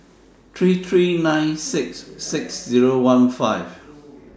three three nine six six Zero one five